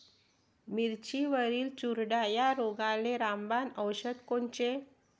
मिरचीवरील चुरडा या रोगाले रामबाण औषध कोनचे?